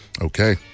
Okay